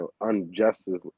unjustly